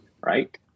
right